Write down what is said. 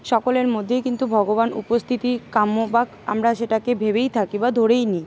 সকলের মধ্যেই কিন্তু ভগবানের উপস্থিতি আমরা সেটাকে ভেবেই থাকি বা ধরেই নিই